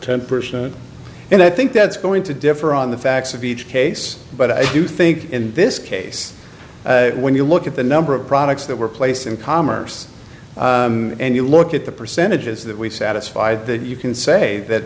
ten percent and i think that's going to differ on the facts of each case but i do think in this case when you look at the number of products that were placed in commerce and you look at the percentages that we satisfy that you can say that